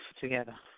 together